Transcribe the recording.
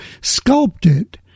sculpted